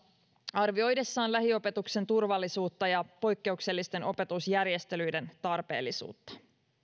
arvioidessaan lähiopetuksen turvallisuutta ja poikkeuksellisten opetusjärjestelyiden tarpeellisuutta